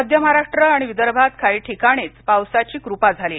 मध्य महाराष्ट्र आणि विदर्भात काही ठिकाणीच पावसाची क्रपा झालि